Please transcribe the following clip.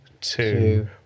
two